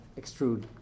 extrude